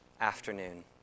afternoon